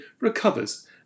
recovers